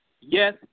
Yes